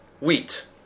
wheat